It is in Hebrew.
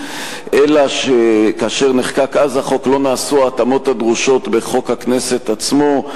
אלא שכאשר נחקק אז החוק לא נעשו ההתאמות הדרושות בחוק הכנסת עצמו,